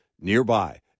nearby